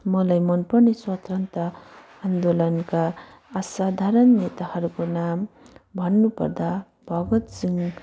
मलाई मनपर्ने स्वतन्त्रता आन्दोलनका असाधारण नेताहरूको नाम भन्नुपर्दा भगत सिंह